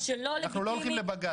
אנחנו לא הולכים לבג"צ.